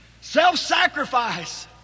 Self-sacrifice